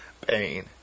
pain